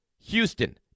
Houston